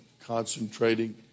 concentrating